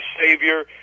Savior